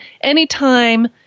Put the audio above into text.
anytime